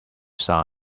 side